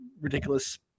ridiculous